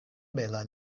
bela